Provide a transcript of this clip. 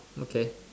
okay